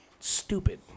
stupid